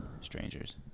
Strangers